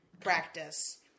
practice